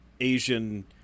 Asian